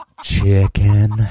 Chicken